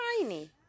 tiny